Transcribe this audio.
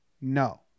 No